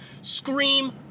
scream